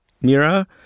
Mira